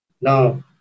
Now